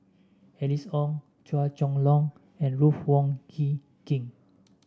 Alice Ong Chua Chong Long and Ruth Wong Hie King